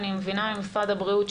אני מבינה ממשרד הבריאות,